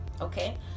Okay